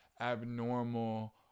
abnormal